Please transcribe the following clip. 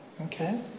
Okay